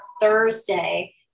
Thursday